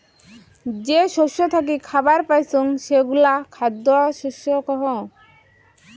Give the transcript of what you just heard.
যে শস্য থাকি খাবার পাইচুঙ সেগুলা খ্যাদ্য শস্য কহু